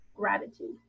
gratitude